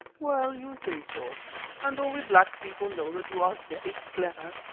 well, you say so and all we black people know that you are very clever,